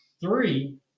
Three